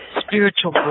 Spiritual